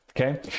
Okay